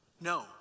no